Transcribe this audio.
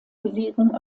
bewegung